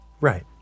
Right